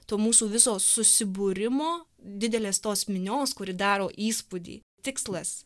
to mūsų viso susibūrimo didelės tos minios kuri daro įspūdį tikslas